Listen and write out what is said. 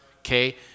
okay